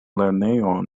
lernejon